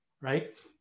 right